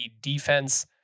defense